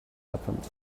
happened